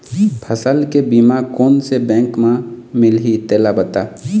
फसल के बीमा कोन से बैंक म मिलही तेला बता?